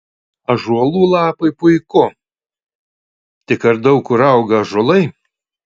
ąžuolų lapai puiku tik ar daug kur auga ąžuolai